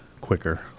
quicker